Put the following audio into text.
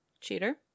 cheater